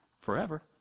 Forever